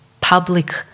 public